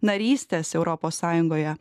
narystės europos sąjungoje